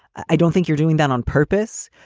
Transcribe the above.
i don't think you're doing that on purpose,